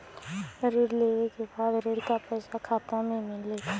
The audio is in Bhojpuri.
ऋण लेवे के बाद ऋण का पैसा खाता में मिली?